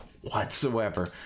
whatsoever